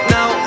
Now